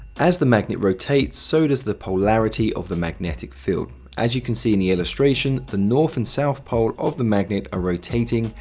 as the magnet rotates, so does the polarity of the magnetic field. as you can see in the illustration, the north and south pole of the magnet are rotating,